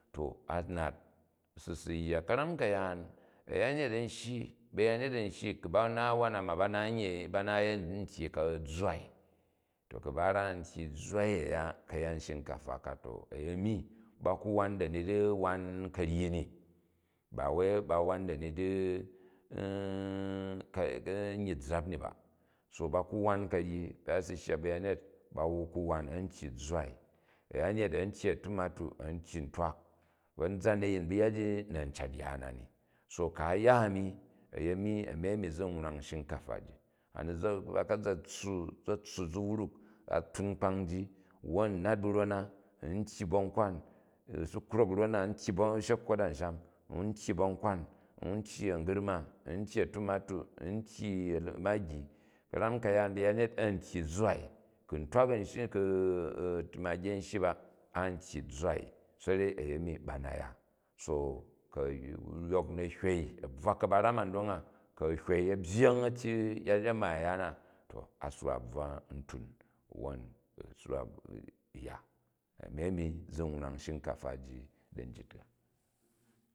To a nat u si si yya, ka̱rama ka̱yaan a̱yanyet an shyi, bayanyet a̱n shyio ku ba naat wan na ma ba na yem tyyi zzwaoi, to ku ba ra n tyyi zzwai a̱ya kayat shinkafa ka to, a̱yenni ba ku wan dani di wan karyi ni ba ba wan dani di a̱myyi zzap ni ba. So baku wan karyi a si shya ba̱yanyet ba ku wan a̱n tyyi zzwai, a̱yanyet an tyyi a̱hmatu a̱n tyyi utrak. Konzan a̱yin bu yaji na n cat ya nani. So ku̱ a yya a̱ni, a̱ni a̱ni zi u wra̱ng shinkafa ji. A̱ ni za, baka̱n za tssu, a̱ za̱ tssu zi wruk a̱ in kpang ji kwon u nat bu ron na, u tyyi ba̱nkwan u̱ ci krok u̱ ron na, u tyyi ba, bashekwot ansham, ii tyyi bankwan n tyyi augurma, n tyyi a̱tumatu, n tyyi a̱magi ka̱ram ka̱yaan bayanyet an tyyi zzwai, ku ntwak an shyi ku a̱magi a̱n shyi ba ai tyyi zzwai sarei a̱yenni bana ya. So ku̱ a̱ ryok na hwein a bvwa kabaram an dong a, ku a̱ hwei a̱ byyang a̱ mani ya na to a si wa tvwa m tun wwon u swrang u ya. Ami a̱mi zi u wrang shinkafa ji da njit ka.